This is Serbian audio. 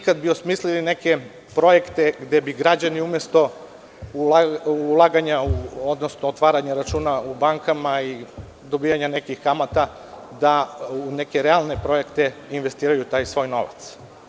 Kada bi osmislili neke projekte gde bi građani umesto otvaranja računa u bankama i dobijanja nekih kamata, da u neke realne projekti investiraju taj svoj novac.